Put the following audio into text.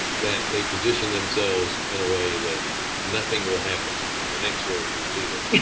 that they position themselves in a way that nothing will happen in the next four years either.